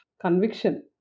conviction